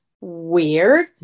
weird